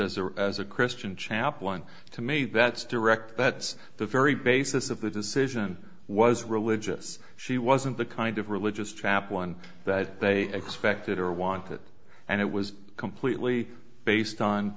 as a as a christian chaplain to me that's a direct that's the very basis of the decision was religious she wasn't the kind of religious trap one that they expected or wanted and it was completely based on